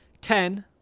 Ten